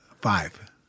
Five